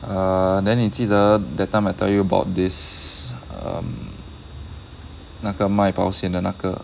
ah then 你记得 that time I tell you about this um 那个卖保险的那个